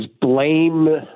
blame